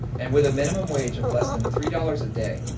and with a minimum wage of less than three dollars a day,